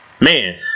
Man